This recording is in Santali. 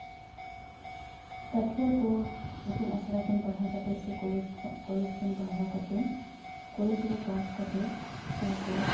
ᱯᱟᱹᱴᱷᱣᱟᱹ ᱠᱚ ᱤᱛᱩᱱ ᱟᱥᱲᱟ ᱠᱷᱚᱱ ᱯᱟᱲᱦᱟᱣ ᱠᱟᱛᱮᱫ ᱥᱮ ᱠᱚᱞᱮᱡᱽ ᱠᱚ ᱠᱚᱞᱮᱡᱽ ᱠᱷᱚᱱ ᱯᱟᱲᱦᱟᱣ ᱠᱟᱛᱮᱫ ᱠᱚᱞᱮᱡᱽ ᱨᱮ ᱯᱟᱥ ᱠᱟᱛᱮᱫ ᱛᱟᱨᱯᱚᱨ